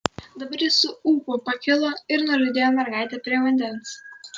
dabar jis su ūpu pakilo ir nulydėjo mergaitę prie vandens